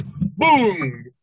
Boom